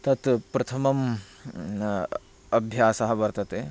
तत् प्रथमम् अभ्यासः वर्तते